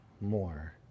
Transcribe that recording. more